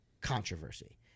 controversy